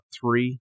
three